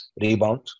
rebound